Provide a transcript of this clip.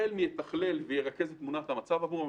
שיתכלל וירכז את תמונת המצב עבורם.